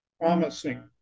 promising